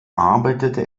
arbeitete